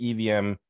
EVM